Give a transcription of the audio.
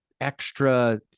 extra